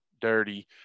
dirty